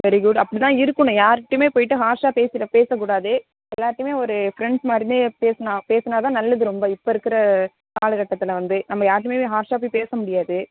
very good அப்படிதான் இருக்கணும் யாருகிட்டயுமே போய்விட்டு ஹார்ஷாக பேசிவிட பேசக்கூடாது எல்லாேர்ட்டயுமே ஒரு ஃப்ரெண்ட்ஸ் மாதிரியே பேசுனால் பேசுனால்தான் நல்லது ரொம்ப இப்போ இருக்கிற காலகட்டத்தில் வந்து நம்ம யார்கிட்டயுமே ஹார்ஷாக போய் பேச முடியாது